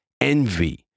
envy